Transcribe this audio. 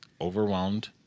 overwhelmed